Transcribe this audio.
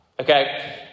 Okay